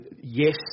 yes